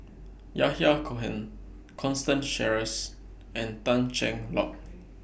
Yahya Cohen Constance Sheares and Tan Cheng Lock